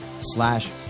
slash